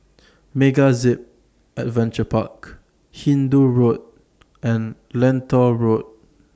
MegaZip Adventure Park Hindoo Road and Lentor Road